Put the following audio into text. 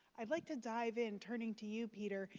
i'd like to dive in, turning to you, peter.